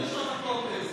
נשות הכותל,